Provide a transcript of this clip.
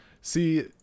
see